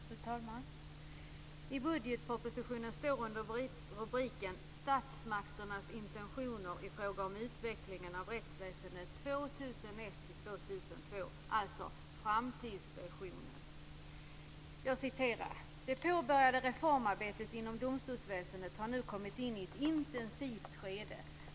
Fru talman! I budgetpropositionen står det under rubriken Statsmakternas intentioner i fråga om utvecklingen av rättsväsendet 2001 och 2002, alltså framtidsvisionen: "Det påbörjade reformarbetet inom domstolsväsendet har nu kommit in i ett intensivt skede.